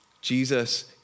Jesus